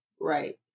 Right